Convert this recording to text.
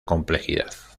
complejidad